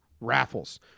raffles